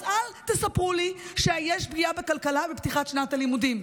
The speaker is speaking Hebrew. אז אל תספרו לי שיש פגיעה בכלכלה בפתיחת שנת הלימודים.